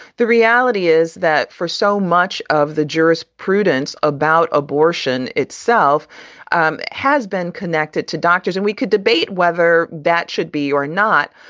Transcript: the reality is that for so much of the jurisprudence about abortion itself um has been connected to doctors and we could debate whether that should be or not.